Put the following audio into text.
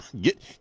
Get